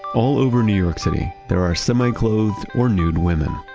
all over new york city there are semi-clothed or nude women.